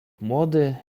młody